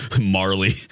Marley